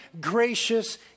gracious